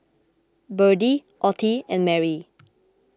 Berdie Ottie and Merry